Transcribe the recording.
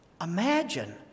imagine